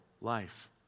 life